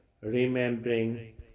remembering